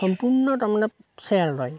সম্পূৰ্ণ তাৰ মানে শ্বেয়াৰ লয়